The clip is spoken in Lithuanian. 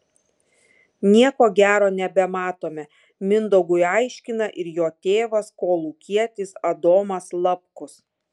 nieko gero nebematome mindaugui aiškina ir jo tėvas kolūkietis adomas lapkus